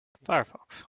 firefox